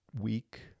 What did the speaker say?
week